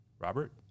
Robert